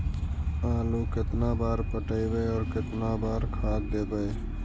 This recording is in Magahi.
आलू केतना बार पटइबै और केतना बार खाद देबै?